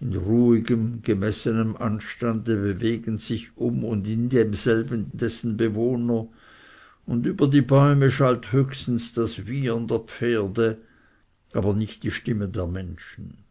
in ruhigem gemessenem anstande bewegen sich um und in demselben dessen bewohner und über die bäume schallt höchstens das wiehern der pferde aber nicht die stimme der menschen